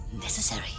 Necessary